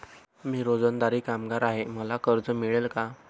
मी रोजंदारी कामगार आहे मला कर्ज मिळेल का?